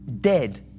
Dead